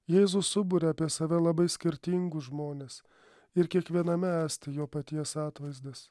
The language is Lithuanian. jėzus suburia apie save labai skirtingus žmones ir kiekviename esti jo paties atvaizdas